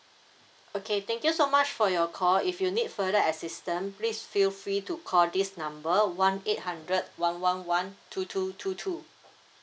okay thank you so much for your call if you need further assistance please feel free to call this number one eight hundred one one one two two two two